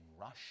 Russia